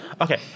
Okay